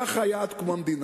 כך היה עד קום המדינה,